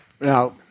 Now